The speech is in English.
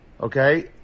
okay